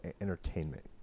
entertainment